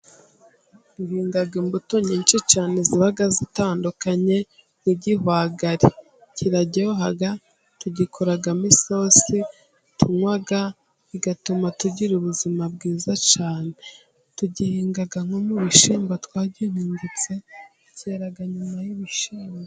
Duhinga imbuto nyinshi cyane ziba zitandukanye, nk'igihwagari kiraryoha tugikoraramo isosi tunywa, bigatuma tugira ubuzima bwiza cyane, tugihinga nko mu bishyimba twagihutse kera nyuma y'ibishyimbo.